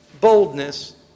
boldness